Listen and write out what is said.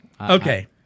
Okay